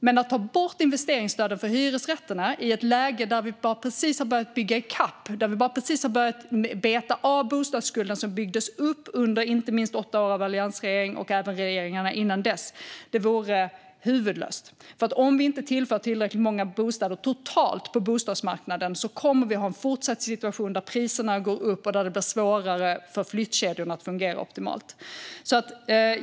Men att ta bort investeringsstödet för hyresrätterna i ett läge där vi precis har börjat bygga ikapp och precis har börjat beta av bostadsskulden som byggts upp - inte minst under åtta år av alliansregering men även under regeringarna innan dess - vore huvudlöst, för om vi inte tillför tillräckligt många bostäder totalt på bostadsmarknaden kommer vi att fortsätta ha en situation där priserna går upp och det blir svårare för flyttkedjorna att fungera optimalt.